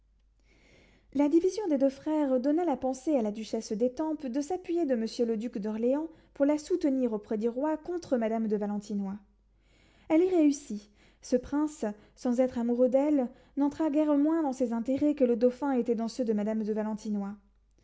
la division des deux frères donna la pensée à la duchesse d'étampes de s'appuyer de monsieur le duc d'orléans pour la soutenir auprès du roi contre madame de valentinois elle y réussit ce prince sans être amoureux d'elle n'entra guère moins dans ses intérêts que le dauphin était dans ceux de madame de valentinois